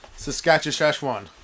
Saskatchewan